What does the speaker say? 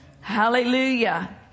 Hallelujah